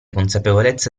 consapevolezza